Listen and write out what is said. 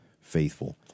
faithful